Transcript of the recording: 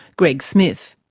greg smith.